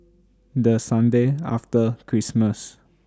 The Sunday after Christmas